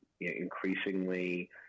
increasingly